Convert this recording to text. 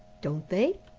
don't they?